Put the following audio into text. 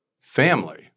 family